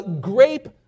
grape